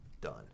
done